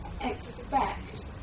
expect